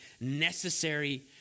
necessary